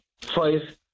five